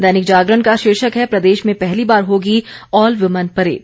दैनिक जागरण का शीर्षक है प्रदेश में पहली बार होगी ऑल वुमन परेड